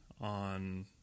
on